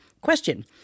Question